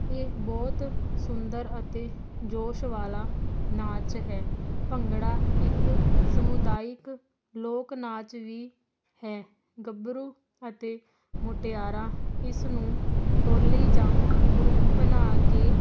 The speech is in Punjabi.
ਇਹ ਬਹੁਤ ਸੁੰਦਰ ਅਤੇ ਜੋਸ਼ ਵਾਲਾ ਨਾਚ ਹੈ ਭੰਗੜਾ ਇੱਕ ਸਮੁਦਾਇਕ ਲੋਕ ਨਾਚ ਵੀ ਹੈ ਗੱਭਰੂ ਅਤੇ ਮੁਟਿਆਰਾਂ ਇਸ ਨੂੰ ਟੋਲੀ ਜਾਂ ਗਰੁੱਪ ਬਣਾ ਕੇ